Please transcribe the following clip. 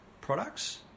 products